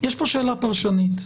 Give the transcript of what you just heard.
שיש פה שאלה פרשנית,